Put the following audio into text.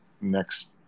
next